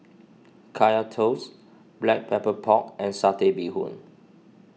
Kaya Toast Black Pepper Pork and Satay Bee Hoon